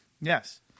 Yes